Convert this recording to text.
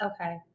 Okay